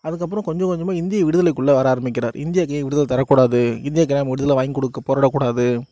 அதுக்கப்புறம் கொஞ்சம் கொஞ்சமாக இந்திய விடுதலைக்குள்ளெ வர ஆரம்பிக்கிறாரு இந்தியாக்கு ஏன் விடுதலை தரக்கூடாது இந்தியாவுக்கு ஏன் நம்ம விடுதலை வாங்கிக்கொடுக்க நம்ம போராடக்கூடாது